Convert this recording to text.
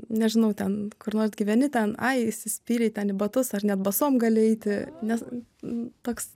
nežinau ten kur nors gyveni ten ai įsispyrei ten į batus ar net basom gali eiti nes n toks